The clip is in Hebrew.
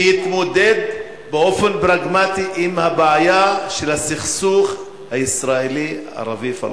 שיתמודד באופן פרגמטי עם הבעיה של הסכסוך הישראלי-ערבי-פלסטיני.